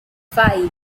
five